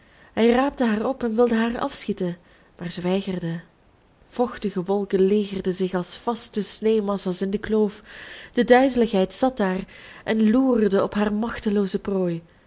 hij raapte haar op en wilde haar afschieten maar zij weigerde vochtige wolken legerden zich als vaste sneeuwmassa's in de kloof de duizeligheid zat daar en loerde op haar machtelooze prooi